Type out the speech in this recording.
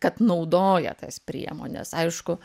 kad naudoja tas priemones aišku